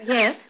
Yes